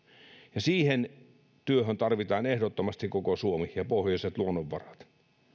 ja siihen työhön tarvitaan ehdottomasti koko suomi ja pohjoiset luonnonvarat